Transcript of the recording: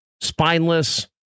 Spineless